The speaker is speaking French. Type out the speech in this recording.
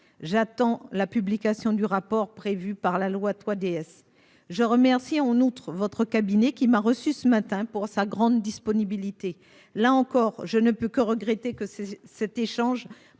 j'attends la publication du rapport prévu par la loi 3DS je remercie en outre votre cabinet qui m'a reçu ce matin pour sa grande disponibilité, là encore, je ne peux que regretter que c'est cet échange